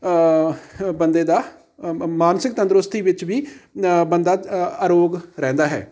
ਬੰਦੇ ਦਾ ਮ ਮਾਨਸਿਕ ਤੰਦਰੁਸਤੀ ਵਿੱਚ ਵੀ ਬੰਦਾ ਅਰੋਗ ਰਹਿੰਦਾ ਹੈ